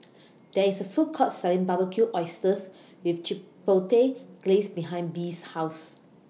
There IS A Food Court Selling Barbecued Oysters with Chipotle Glaze behind Bea's House